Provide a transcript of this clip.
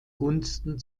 gunsten